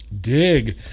dig